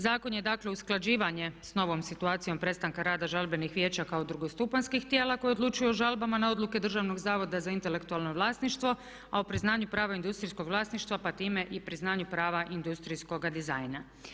Zakon je dakle usklađivanje sa novom situacijom prestanka rada žalbenih vijeća kao drugostupanjskih tijela koje odlučuju o žalbama na odluke Državnog zavoda za intelektualno vlasništvo a o priznanju prava industrijskog vlasništva pa time i priznanju prava industrijskoga dizajna.